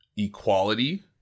Equality